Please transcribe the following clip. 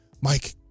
Mike